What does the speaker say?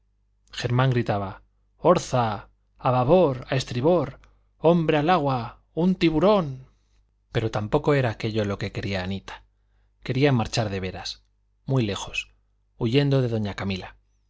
germán gritaba orza a babor a estribor hombre al agua un tiburón pero tampoco era aquello lo que quería anita quería marchar de veras muy lejos huyendo de doña camila